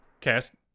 cast